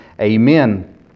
Amen